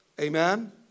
Amen